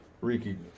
Ricky